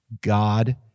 God